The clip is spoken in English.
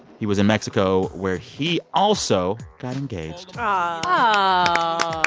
he was in mexico, where he also got engaged ah